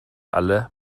alle